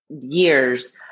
years